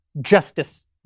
justice